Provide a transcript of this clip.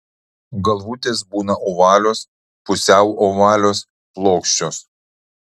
galvutės būna ovalios pusiau ovalios plokščios